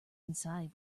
inside